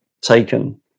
taken